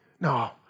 No